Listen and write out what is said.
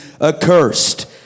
accursed